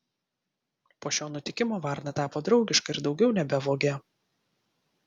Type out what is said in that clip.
po šio nutikimo varna tapo draugiška ir daugiau nebevogė